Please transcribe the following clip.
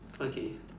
okay